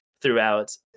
throughout